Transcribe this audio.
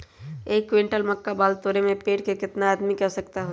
एक क्विंटल मक्का बाल तोरे में पेड़ से केतना आदमी के आवश्कता होई?